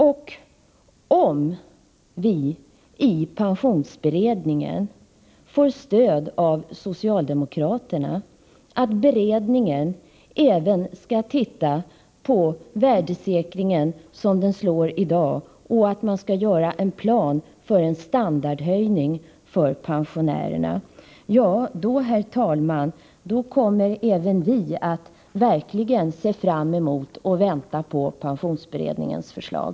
Om vi i pensionsberedningen får stöd av socialdemokraterna — dvs. om beredningen även ser över värdesäkringen så som den slår i dag och om man gör upp en plan för en standardhöjning för pensionärerna — ja, herr talman, då kommer även vi i vpk att verkligen se fram emot pensionsberedningens förslag.